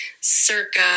circa